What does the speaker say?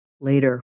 later